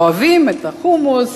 אוהבים את החומוס,